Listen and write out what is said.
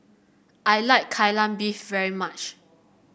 I like Kai Lan Beef very much